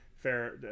fair